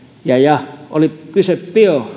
ja ja oli kyse